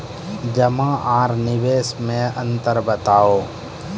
जमा आर निवेश मे अन्तर बताऊ?